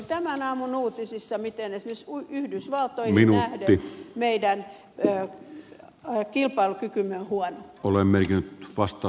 tämän aamun uutisissa oli miten esimerkiksi yhdysvaltoihin nähden meidän kilpailukykymme apua olemmekin vasta